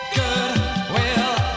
Goodwill